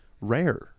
rare